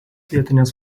vietinės